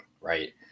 right